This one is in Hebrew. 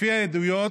לפי העדויות,